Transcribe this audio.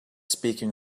speaking